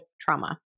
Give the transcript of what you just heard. trauma